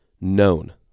known